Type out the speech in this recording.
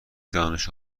دانش